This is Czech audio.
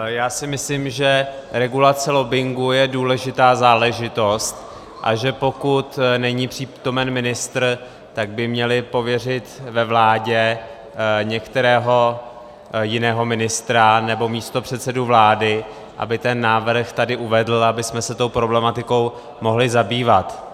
Já si myslím, že regulace lobbingu je důležitá záležitost, a že pokud není přítomen ministr, tak by měli pověřit ve vládě některého jiného ministra nebo místopředsedu vlády, aby ten návrh tady uvedl, abychom se tou problematikou mohli zabývat.